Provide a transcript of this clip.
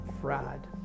fried